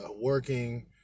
working